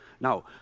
Now